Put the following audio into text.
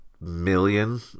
million